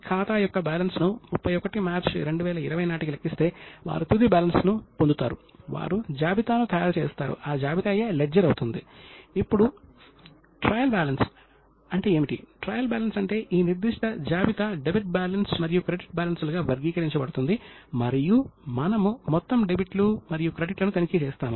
ఖాతాల ధృవీకరణ మరియు ఆడిటింగ్ కి సంబంధించి నిరంతర పర్యవేక్షణ ఆవర్తన తనిఖీ వోచింగ్ అంటే సాక్ష్యాల యొక్క ధృవీకరణ అనే భావన ప్రాచీన కాలంలో కూడా ఉంది